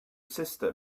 sister